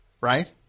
Right